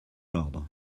l’ordre